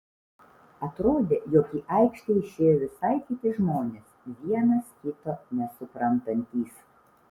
atrodė jog į aikštę išėjo visai kiti žmonės vienas kito nesuprantantys